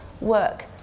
work